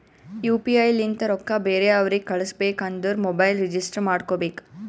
you P I ಲಿಂತ ರೊಕ್ಕಾ ಬೇರೆ ಅವ್ರಿಗ ಕಳುಸ್ಬೇಕ್ ಅಂದುರ್ ಮೊಬೈಲ್ ರಿಜಿಸ್ಟರ್ ಮಾಡ್ಕೋಬೇಕ್